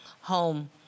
home